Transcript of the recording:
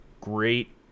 Great